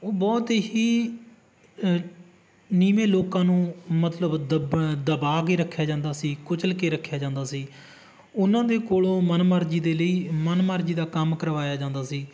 ਉਹ ਬਹੁਤ ਹੀ ਨੀਵੇਂ ਲੋਕਾਂ ਨੂੰ ਮਤਲਬ ਦੱਬ ਦਬਾ ਕੇ ਰੱਖਿਆ ਜਾਂਦਾ ਸੀ ਕੁਚਲ ਕੇ ਰੱਖਿਆ ਜਾਂਦਾ ਸੀ ਉਹਨਾਂ ਦੇ ਕੋਲੋਂ ਮਨ ਮਰਜ਼ੀ ਦੇ ਲਈ ਮਨ ਮਰਜ਼ੀ ਦਾ ਕੰਮ ਕਰਵਾਇਆ ਜਾਂਦਾ ਸੀ